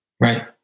Right